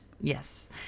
yes